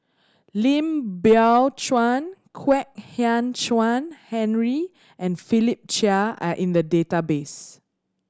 Lim Biow Chuan Kwek Hian Chuan Henry and Philip Chia are in the database